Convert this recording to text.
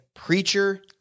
Preacher